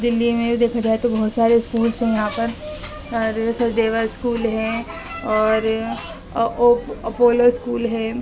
دلّی میں بھی دیکھا جائے تو بہت سارے اسکولس ہیں یہاں پر اور سچدیوا اسکول ہے اور اپولو اسکول ہے